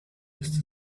ist